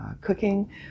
cooking